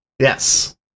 Yes